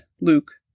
Luke